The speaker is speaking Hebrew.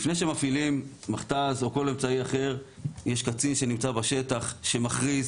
לפני שמפעילים מכת"ז או כל אמצעי אחר יש קצין שנמצא בשטח שמכריז